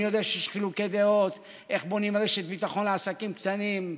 אני יודע שיש חילוקי דעות איך בונים רשת ביטחון לעסקים קטנים.